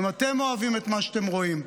אם אתם אוהבים את מה שאתם רואים ורואות.